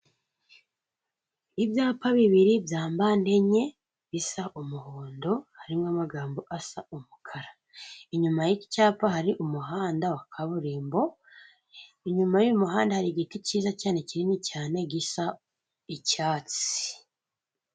Ibyapa bibiri bya mpande enye, bisa umuhondo, harimo amagambo asa umukara, inyuma y'icyo cyapa hari umuhanda wa kaburimbo, inyuma y'umuhanda hari igiti cyiza cyane, kinini cyane, gisa icyatsi.